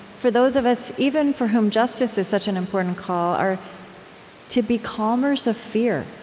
for those of us even for whom justice is such an important call, are to be calmers of fear,